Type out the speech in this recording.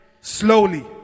Slowly